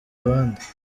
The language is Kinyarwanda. abandi